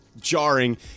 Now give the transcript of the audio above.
jarring